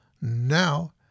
Now